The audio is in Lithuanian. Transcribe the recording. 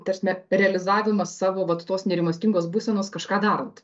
tas realizavimas savo vat tos nerimastingos būsenos kažką darot